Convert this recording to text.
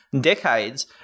decades